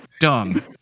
dumb